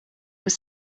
were